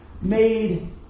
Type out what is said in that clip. made